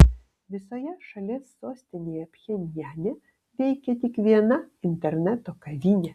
visoje šalies sostinėje pchenjane veikia tik viena interneto kavinė